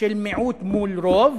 של מיעוט מול רוב